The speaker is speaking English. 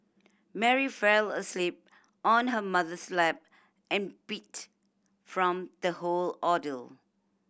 Mary fell asleep on her mother's lap and beat from the whole ordeal